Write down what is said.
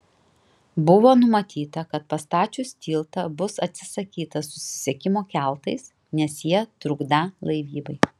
buvo numatyta kad pastačius tiltą bus atsisakyta susisiekimo keltais nes jie trukdą laivybai